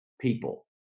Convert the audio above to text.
people